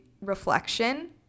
reflection